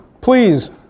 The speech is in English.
Please